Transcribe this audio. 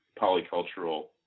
polycultural